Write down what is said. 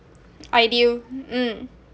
Ideal mm